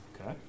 Okay